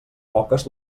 poques